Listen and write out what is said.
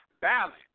balance